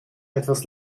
etwas